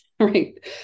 Right